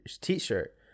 t-shirt